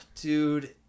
dude